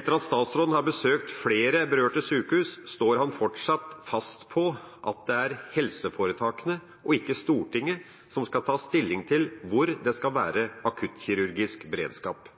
Etter at statsråden har besøkt flere berørte sykehus, står han fortsatt fast på at det er helseforetakene og ikke Stortinget som skal ta stilling til hvor det skal være akuttkirurgisk beredskap?»